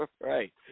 Right